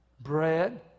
Bread